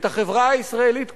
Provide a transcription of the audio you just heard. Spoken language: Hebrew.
את החברה הישראלית כולה,